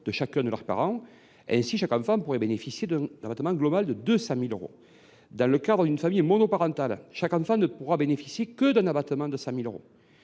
de chacun de leurs parents. Ainsi, chaque enfant pourrait bénéficier d’un abattement global de 200 000 euros. Dans le cadre d’une famille monoparentale, chaque enfant ne pourra bénéficier que d’un abattement de 100 000 euros.